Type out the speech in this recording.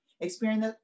experience